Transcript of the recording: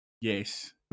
Yes